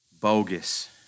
Bogus